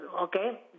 Okay